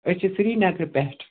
أسۍ چھِ سرینگرٕ پٮ۪ٹھ